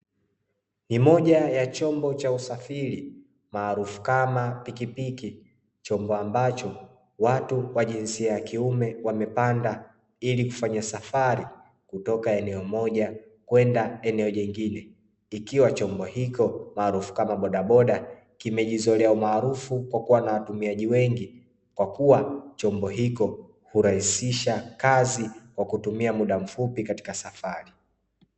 Ni moja ya chombo cha usafiri maarufu kama pikipiki, chombo ambacho watu wa jinsia ya kiume wamepanda ili kufanya safari kutoka eneo moja kwenda eneo jingine, ikiwa chombo hiko maarufu kama bodaboda kimejizolea umaarufu kwa kuwa na watumiaji wengi kwa kuwa chombo hiko hurahisisha kazi kwa kutumia muda mfupi katika safari.